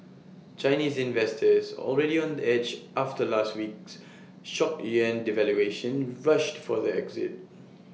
Chinese investors already on edge after last week's shock yuan devaluation rushed for the exit